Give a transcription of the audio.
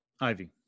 ivy